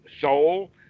soul